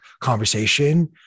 conversation